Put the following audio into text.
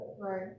Right